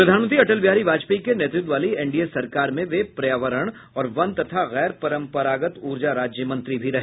प्रधानमंत्री अटल बिहारी वाजपेयी के नेतृत्व वाली एनडीए सरकार में वे पर्यावरण और वन तथा गैर परंपरागत ऊर्जा राज्यमंत्री भी रहे